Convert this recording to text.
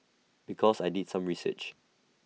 because I did some research